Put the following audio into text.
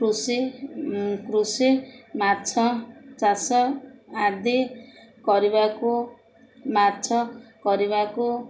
କୃଷି କୃଷି ମାଛ ଚାଷ ଆଦି କରିବାକୁ ମାଛ କରିବାକୁ